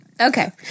Okay